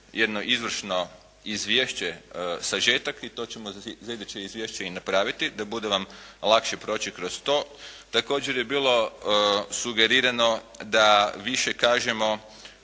jedno izvršno izvješće, sažetak i to ćemo za iduće izvješće i napraviti, da bude vam lakše proći kroz to. Također je bilo sugerirano da više kažemo